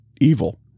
evil